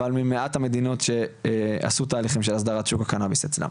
אבל ממעט המדינות שעשו תהליכים של הסדרת שוק הקנאביס אצלם.